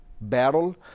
battle